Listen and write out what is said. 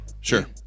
Sure